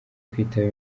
kwitaba